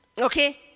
Okay